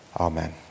Amen